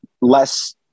less